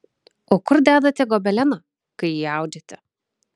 o kur dedate gobeleną kai jį audžiate